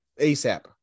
ASAP